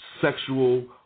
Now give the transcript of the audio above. Sexual